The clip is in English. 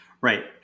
right